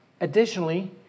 Additionally